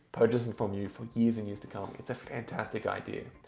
purchasing from you for years and years to come. it's a fantastic idea.